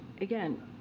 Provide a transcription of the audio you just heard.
again